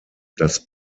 das